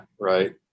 right